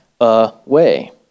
away